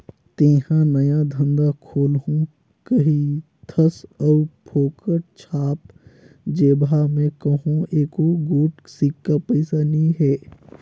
तेंहा नया धंधा खोलहू कहिथस अउ फोकट छाप जेबहा में कहों एको गोट सिक्का पइसा नी हे